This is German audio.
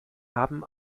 haben